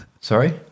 Sorry